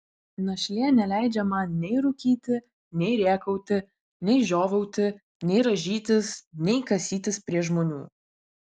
našlė neleidžia man nei rūkyti nei rėkauti nei žiovauti nei rąžytis nei kasytis prie žmonių